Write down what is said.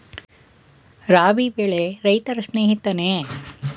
ರಾಬಿ ಬೆಳೆ ರೈತರ ಸ್ನೇಹಿತನೇ?